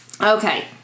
Okay